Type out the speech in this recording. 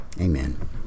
Amen